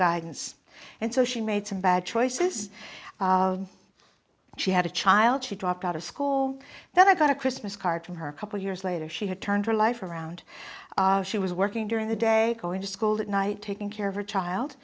guidance and so she made some bad choices she had a child she dropped out of school then i got a christmas card from her a couple years later she had turned her life around she was working during the day going to school at night taking care of her child